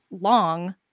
long